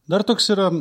dar toks yra